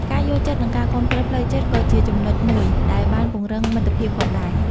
ការយល់ចិត្តនិងការគាំទ្រផ្លូវចិត្តក៏ជាចំណុចមួយដែលបានពង្រឹងមិត្តភាពផងដែរ។